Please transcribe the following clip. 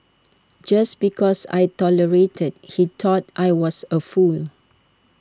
just because I tolerated he thought I was A fool